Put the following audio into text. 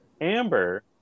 Amber